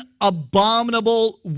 abominable